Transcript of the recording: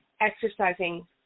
exercising